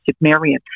Marion